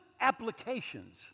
applications